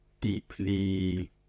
deeply